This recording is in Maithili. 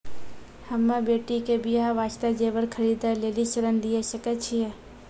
हम्मे बेटी के बियाह वास्ते जेबर खरीदे लेली ऋण लिये सकय छियै?